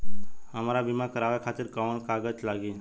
हमरा बीमा करावे खातिर कोवन कागज लागी?